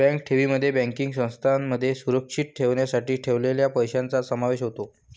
bank ठेवींमध्ये banking संस्थांमध्ये सुरक्षित ठेवण्यासाठी ठेवलेल्या पैशांचा समावेश होतो